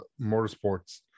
Motorsports